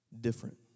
different